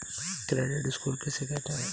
Credit score किसे कहते हैं?